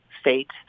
state